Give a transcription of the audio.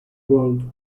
world